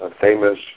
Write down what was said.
famous